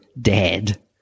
dead